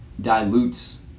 dilutes